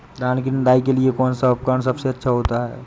धान की निदाई के लिए कौन सा उपकरण सबसे अच्छा होता है?